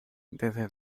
desde